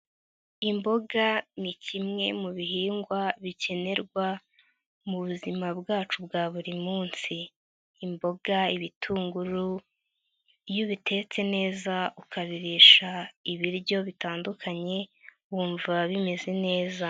Imboga ni kimwe mu bihingwa bikenerwa mu buzima bwacu bwa buri munsi. Imboga ibitunguru, iyo ubi bitetse neza, ukaririsha ibiryo bitandukanye, wumva bimeze neza.